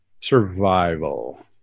survival